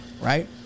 Right